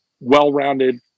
well-rounded